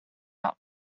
out